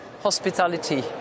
hospitality